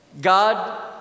God